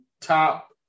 top